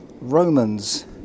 Romans